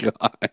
God